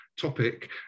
topic